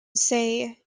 say